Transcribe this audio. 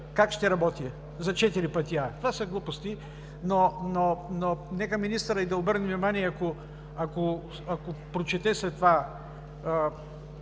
как ще работи? За четири пъти А? Това са глупости! Но нека министърът да обърне внимание, ако прочете след това